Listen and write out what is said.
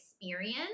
experience